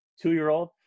two-year-old